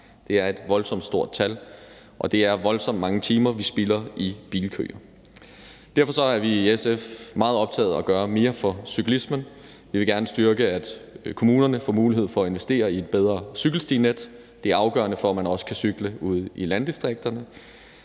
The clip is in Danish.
Det er et voldsomt stort tal, og det er voldsomt mange timer, vi spilder i bilkøer. Derfor er vi i SF meget optaget af at gøre mere for cyklismen. Vi vil gerne styrke, at kommunerne får mulighed for at investere i et bedre cykelstinet. Det er afgørende for, at man også kan cykle ude i landdistrikterne.